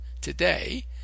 today